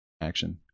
action